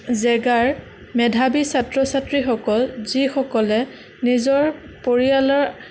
জেগাৰ মেধাৱী ছাত্ৰ ছাত্ৰীসকল যিসকলে নিজৰ পৰিয়ালৰ